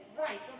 right